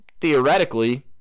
theoretically